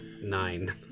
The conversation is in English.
nine